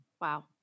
wow